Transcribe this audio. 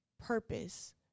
purpose